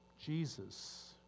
Jesus